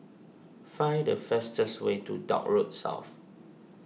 find the fastest way to Dock Road South